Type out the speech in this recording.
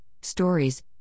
stories